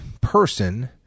person